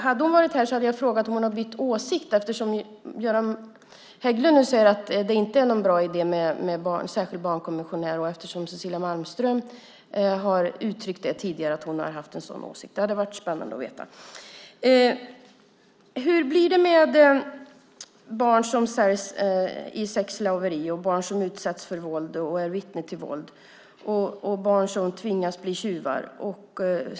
Hade hon varit här hade jag frågat henne om hon bytt åsikt, eftersom Göran Hägglund nu säger att det inte är någon bra idé med en särskild barnkommissionär. Tidigare har Cecilia Malmström uttryckt att hon har haft en sådan åsikt. Det hade varit spännande att veta. Hur blir det med barn som säljs till sexslaveri och barn som utsätts för våld och är vittnen till våld? Hur blir det med barn som tvingas att bli tjuvar?